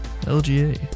LGA